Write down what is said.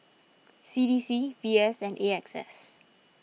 C D C V S and A X S